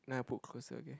now I put closer okay